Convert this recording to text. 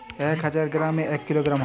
এক হাজার গ্রামে এক কিলোগ্রাম হয়